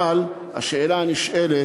אבל השאלה הנשאלת,